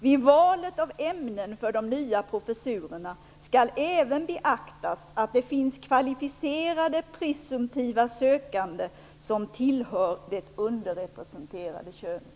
Vid valet av ämnen för de nya professurerna skall även beaktas att det finns kvalificerade presumtiva sökande som tillhör det underrepresenterade könet."